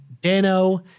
Dano